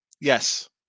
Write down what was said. Yes